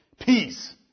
Peace